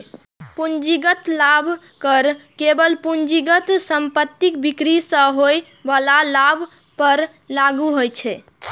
पूंजीगत लाभ कर केवल पूंजीगत संपत्तिक बिक्री सं होइ बला लाभ पर लागू होइ छै